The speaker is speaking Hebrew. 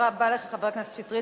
תודה רבה לך, חבר הכנסת שטרית.